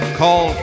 call